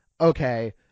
okay